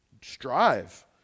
strive